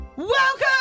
Welcome